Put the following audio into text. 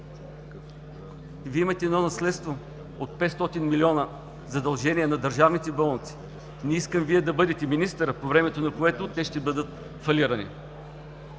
Вие имате едно наследство от 500 милиона задължения на държавните болници. Не искам Вие да бъдете министърът, по времето на който те ще бъдат фалирали.